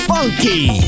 Funky